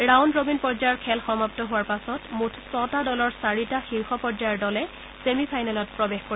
round robin পৰ্য্যায়ৰ খেল সমাপ্ত হোৱাৰ পাছত মূঠ ছটা দলৰ চাৰিটা শীৰ্ষ পৰ্যায়ৰ দলে ছেমি ফাইনেলত প্ৰৱেশ কৰিব